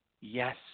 Yes